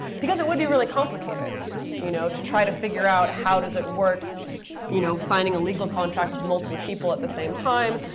because it would be really complicated you know to try to figure out how does it work you know signing a legal contract with multiple people at the same time.